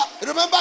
remember